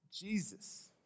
Jesus